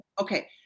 Okay